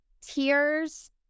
tears